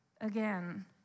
again